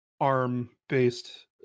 arm-based